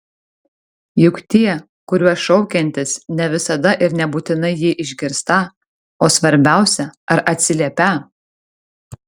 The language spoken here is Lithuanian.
juk tie kuriuos šaukiantis ne visada ir nebūtinai jį išgirstą o svarbiausia ar atsiliepią